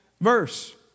verse